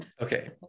Okay